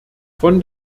von